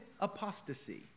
apostasy